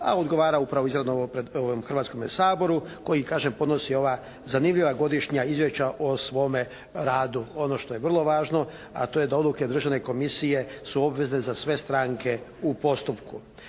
a odgovara upravo izravno ovom Hrvatskome saboru koji kažem podnosi ova zanimljiva godišnja izvješća o svome radu. Ono što je vrlo važno, a to je da odluke Državne komisije su obvezne za sve stranke u postupku.